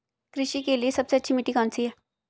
कृषि के लिए सबसे अच्छी मिट्टी कौन सी है?